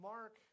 Mark